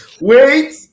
Wait